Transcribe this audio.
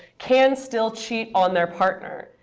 can still cheat on their partner,